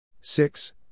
six